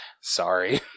sorry